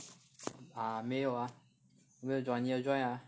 啊没有啊没有 join 你有 join ah